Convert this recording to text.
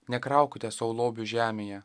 nekraukite sau lobių žemėje